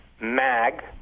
Mag